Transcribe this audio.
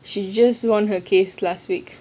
she just won her case last week